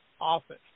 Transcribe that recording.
office